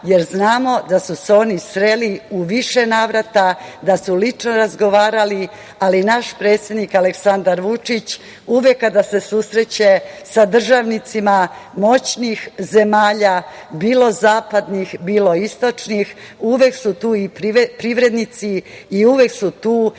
jer znamo da su se oni sreli u više navrata, da su lično razgovarali, ali naš predsednik Aleksandar Vučić uvek kada se susreće sa državnicima moćnih zemalja bilo zapadnih, bilo istočnih, uvek su tu i privrednici i uvek su tu